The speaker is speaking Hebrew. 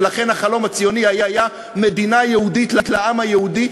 ולכן החלום הציוני היה מדינה יהודית לעם היהודי,